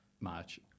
match